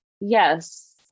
yes